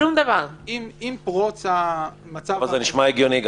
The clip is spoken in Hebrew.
זה נשמע הגיוני,